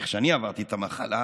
איך שאני עברתי את המחלה,